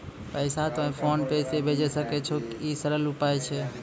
पैसा तोय PhonePe से भैजै सकै छौ? ई सरल उपाय छै?